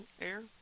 air